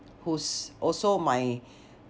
who's also my